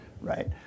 right